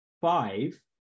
five